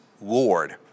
Lord